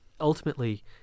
ultimately